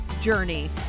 journey